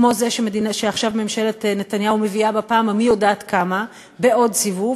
כמו זה שעכשיו ממשלת נתניהו מביאה בפעם המי-יודעת-כמה בעוד סיבוב.